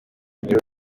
ibiro